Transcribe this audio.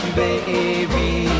baby